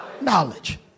Knowledge